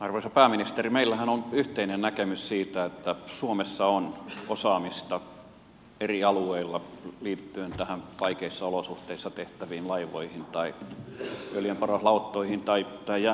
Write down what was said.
arvoisa pääministeri meillähän on yhteinen näkemys siitä että suomessa on osaamista eri alueilla liittyen näihin vaikeissa olosuhteissa tehtäviin laivoihin tai öljynporauslauttoihin tai jäänmurtajiin